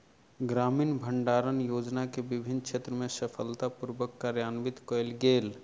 ग्रामीण भण्डारण योजना के विभिन्न क्षेत्र में सफलता पूर्वक कार्यान्वित कयल गेल